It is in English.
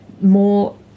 more